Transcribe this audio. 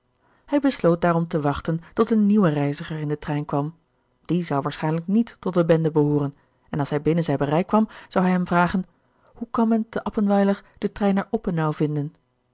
hij besloot daarom te wachten tot een nieuwe reiziger in den trein kwam die zou waarschijnlijk niet tot de bende behooren en als hij binnen zijn bereik kwam zou hij hem vragen hoe kan men te appenweiler den trein naar oppenau vinden